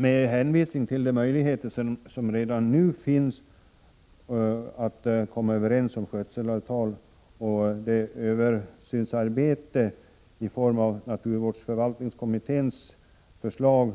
Med hänvisning till de möjligheter som redan nu finns att komma överens om skötselavtal och det översynsarbete i form av naturvårdsförvaltningskommitténs förslag,